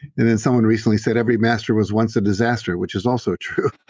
and then someone recently said every master was once a disaster. which is also true.